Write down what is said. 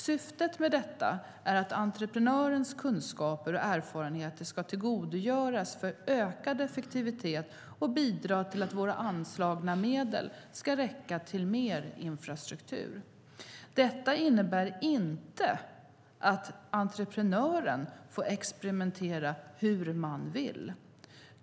Syftet med detta är att entreprenörens kunskaper och erfarenheter ska tillgodogöras för ökad effektivitet och bidra till att våra anslagna medel ska räcka till mer infrastruktur. Detta innebär inte att entreprenören får experimentera hur man vill.